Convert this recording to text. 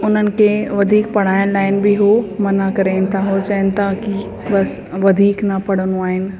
उन्हनि खे वधीक पढ़ाइण लाइ बि हू मना करनि था हू चवनि था की बसि वधीक न पढ़णो आहे